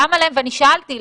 אני שאלתי,